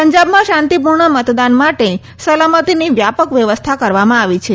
પંજાબમાં શાંતિપૂર્ણ મતદાન માટે સલામતીની વ્યાપક વ્યવસ્થા કરવામાં આવી છે